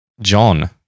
John